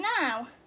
now